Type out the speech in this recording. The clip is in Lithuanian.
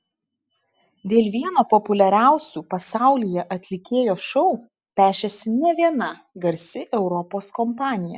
dėl vieno populiariausių pasaulyje atlikėjo šou pešėsi ne viena garsi europos kompanija